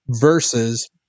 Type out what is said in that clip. versus